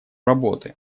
работы